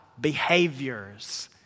behaviors